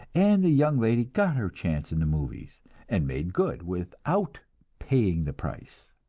and the young lady got her chance in the movies and made good without paying the price.